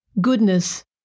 goodness